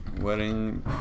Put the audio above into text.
Wedding